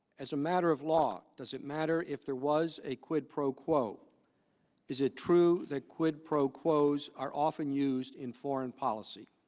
as a matter of law does it matter if there was a quid pro quo is it true that quid pro quos are often used in foreign policy